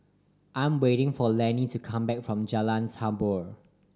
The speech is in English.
I'm waiting for Lannie to come back from Jalan Tambur